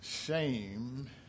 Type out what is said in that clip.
Shame